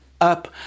up